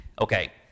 Okay